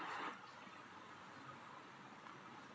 क्या तुम मेरी सिम का रिचार्ज कर दोगे?